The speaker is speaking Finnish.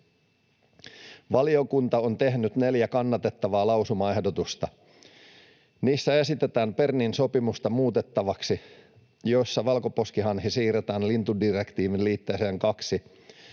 Valiokunta on tehnyt neljä kannatettavaa lausumaehdotusta. Niissä esitetään Bernin sopimusta muutettavaksi, jolloin valkoposkihanhi siirretään lintudirektiivin liitteeseen II,